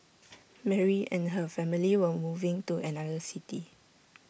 Mary and her family were moving to another city